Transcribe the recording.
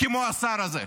כמו השר הזה.